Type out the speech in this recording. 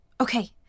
Okay